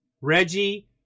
Reggie